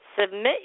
Submit